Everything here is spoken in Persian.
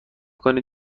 کنی